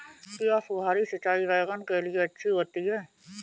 क्या फुहारी सिंचाई बैगन के लिए अच्छी होती है?